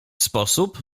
sposób